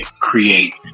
create